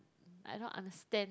I don't understand